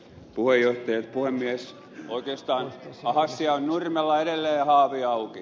arvoisa puhemies vuodestaan mahaisia hinnalla edelleen haavi auki